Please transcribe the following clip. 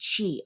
chi